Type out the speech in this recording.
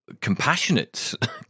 compassionate